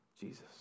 Jesus